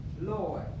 Lord